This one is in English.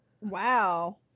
Wow